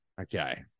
Okay